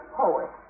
poet